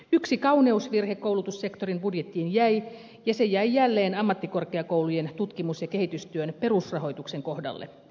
yksi kauneusvirhe koulutussektorin budjettiin jäi ja se jäi jälleen ammattikorkeakoulujen tutkimus ja kehitystyön perusrahoituksen kohdalle